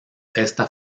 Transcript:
esta